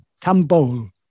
tambol